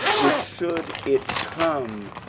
which, should it come,